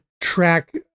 track